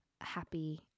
happy